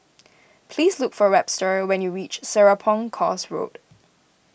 please look for Webster when you reach Serapong Course Road